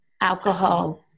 alcohol